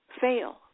fail